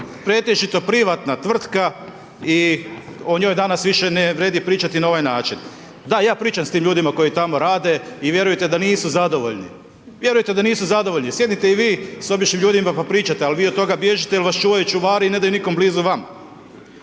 pretežito privatna tvrtka i o njoj danas više ne vrijedi pričati na ovaj način. Da, ja pričam s tim ljudima koji tamo rade i vjerujte da nisu zadovoljni. Vjerujte da nisu zadovoljni, sjednite i vi s običnim ljudima pa pričajte ali vi od toga bježite jer vas čuvaju čuvari i ne daju nikom blizu vama.